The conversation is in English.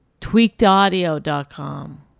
Tweakedaudio.com